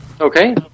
okay